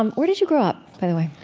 um where did you grow up, by the way?